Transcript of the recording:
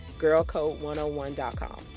girlcode101.com